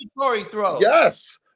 Yes